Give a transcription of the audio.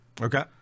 Okay